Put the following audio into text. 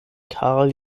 karl